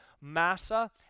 Massa